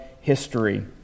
history